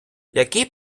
які